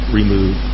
remove